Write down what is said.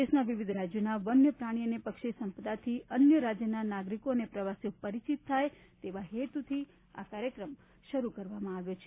દેશના વિવિધ રાજ્યોના વન્ય પ્રાણી અને પક્ષી સંપદાથી અન્ય રાજ્યના નાગરિકો અને પ્રવાસીઓ પરિચિત થાય તેવા હેતુથી આ કાર્યક્રમ શરૂ કરવામાં આવેલો છે